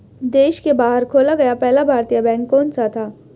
देश के बाहर खोला गया पहला भारतीय बैंक कौन सा था?